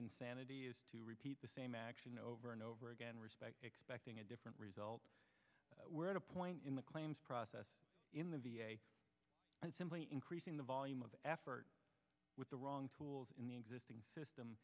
insanity is to repeat the same action over and over again respect expecting a different result we're at a point in the claims process in the v a simply increasing the volume of effort with the wrong tools in the existing system